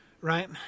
right